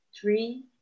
three